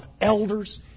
elders